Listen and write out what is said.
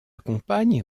compagne